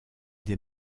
des